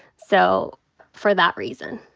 so for that reason.